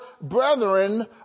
brethren